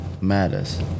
matters